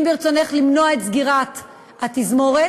אם ברצונך למנוע את סגירת התזמורת,